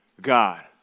God